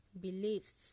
beliefs